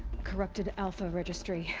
corrupted alpha registry.